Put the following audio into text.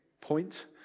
point